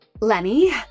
Lenny